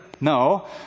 No